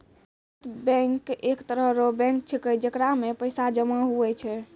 बचत बैंक एक तरह रो बैंक छैकै जेकरा मे पैसा जमा हुवै छै